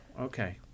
okay